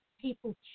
people